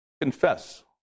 confess